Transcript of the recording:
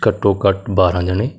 ਘੱਟੋ ਘੱਟ ਬਾਰ੍ਹਾਂ ਜਾਣੇ